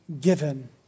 given